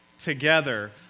together